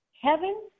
heaven